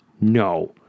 No